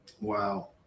Wow